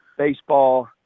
baseball